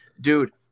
Dude